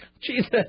Jesus